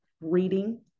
Reading